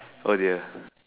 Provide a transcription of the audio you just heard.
oh dear